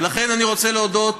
ולכן אני רוצה להודות